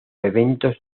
eventos